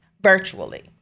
virtually